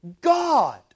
God